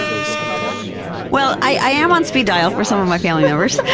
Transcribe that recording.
um well, i am on speed dial for some of my family members.